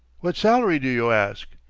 what salary do you ask?